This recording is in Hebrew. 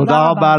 תודה רבה.